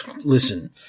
listen